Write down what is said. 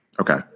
Okay